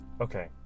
Okay